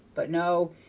but no,